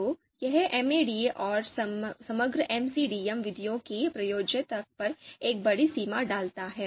तो यह MADM और समग्र MCDM विधियों की प्रयोज्यता पर एक बड़ी सीमा डालता है